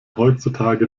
heutzutage